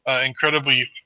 incredibly